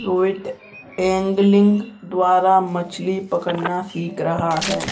Rohit angling द्वारा मछ्ली पकड़ना सीख रहा है